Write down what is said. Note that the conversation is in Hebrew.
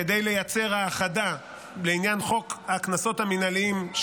כדי לייצר האחדה לעניין חוק הקנסות המינהליים,